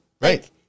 Right